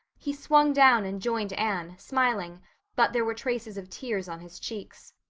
he swung down and joined anne, smiling but there were traces of tears on his cheeks.